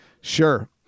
sure